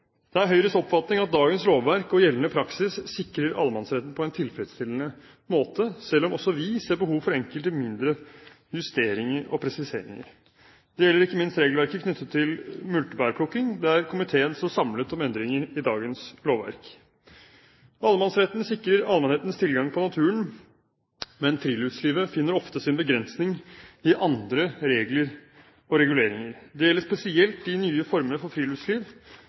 Det er Høyres oppfatning at dagens lovverk og gjeldende praksis sikrer allemannsretten på en tilfredsstillende måte, selv om også vi ser behov for enkelte mindre justeringer og presiseringer. Det gjelder ikke minst regelverket knyttet til multebærplukking, der komiteen står samlet om endringer i dagens lovverk. Allemannsretten sikrer allmennhetens tilgang til naturen, men friluftslivet finner ofte sin begrensning i andre regler og reguleringer. Det gjelder spesielt de nye former for friluftsliv